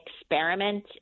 experiment